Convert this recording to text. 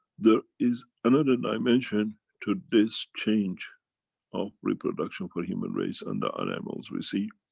there is another dimension to this change of reproduction for human race and on animals we see.